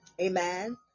amen